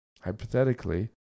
hypothetically